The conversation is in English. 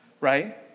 right